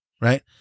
right